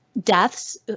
deaths